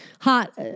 hot